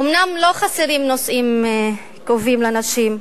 אומנם לא חסרים נושאים כאובים לנשים,